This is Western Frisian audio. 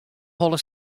holle